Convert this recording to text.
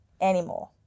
anymore